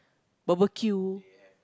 barbecue